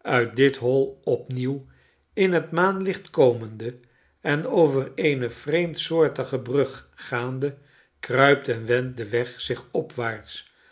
uit dit hoi opnieuw in het maanlicht komende en over eene vreemdsoortige brug gaande kruipt en wendt de weg zich opwaarts